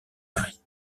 marie